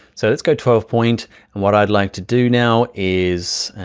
so let's go twelve point and what i'd like to do now is,